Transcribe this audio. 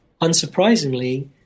unsurprisingly